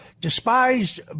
Despised